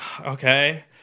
okay